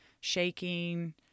shaking